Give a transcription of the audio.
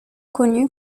connu